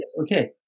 okay